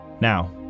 Now